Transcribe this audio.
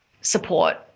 support